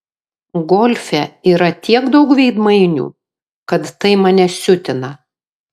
golfe yra tiek daug veidmainių kad tai mane siutina